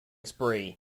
spree